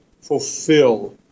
fulfill